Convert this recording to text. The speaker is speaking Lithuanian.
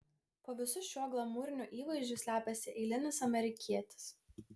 po visu šiuo glamūriniu įvaizdžiu slepiasi eilinis amerikietis